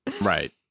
Right